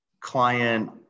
client